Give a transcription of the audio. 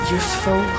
useful